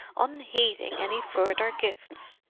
unheeding any further gifts.